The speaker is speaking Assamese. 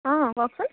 অঁ কওকচোন